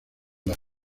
las